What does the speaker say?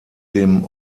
dem